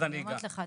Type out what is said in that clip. אז אני אגע בזה.